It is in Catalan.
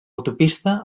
autopista